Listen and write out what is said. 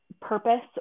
purpose